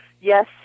Yes